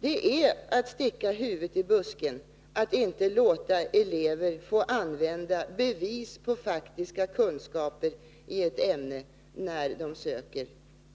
Det är att sticka huvudet i busken att inte låta elever få använda bevis på faktiska kunskaper i ett ämne när de söker